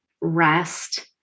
Rest